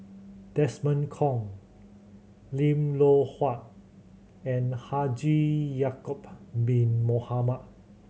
Desmond Kon Lim Loh Huat and Haji Ya'acob Bin Mohamed